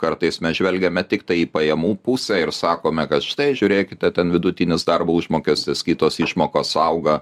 kartais mes žvelgiame tiktai į pajamų pusę ir sakome kad štai žiūrėkite ten vidutinis darbo užmokestis kitos išmokos auga